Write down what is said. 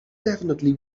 definitely